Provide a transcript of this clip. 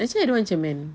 actually I don't want cermin